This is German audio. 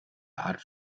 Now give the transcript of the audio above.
art